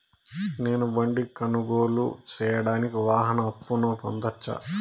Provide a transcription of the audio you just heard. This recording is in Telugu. నేను బండి కొనుగోలు సేయడానికి వాహన అప్పును పొందవచ్చా?